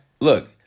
look